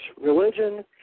religion